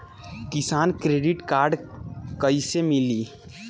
किसान credit card कइसे मिली?